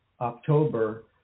october